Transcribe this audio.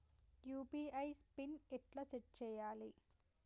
UPI pin ఎట్లా set చేయాలే?